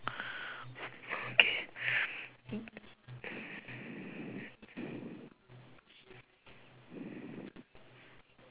okay